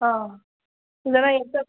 ஆ இல்லைனா